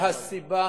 שהסיבה